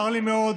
צר לי מאוד